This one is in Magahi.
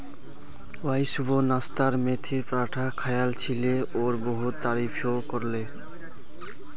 वाई सुबह नाश्तात मेथीर पराठा खायाल छिले और बहुत तारीफो करले